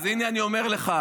אז הינה אני אומר לך.